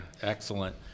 excellent